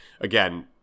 again